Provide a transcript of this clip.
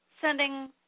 sending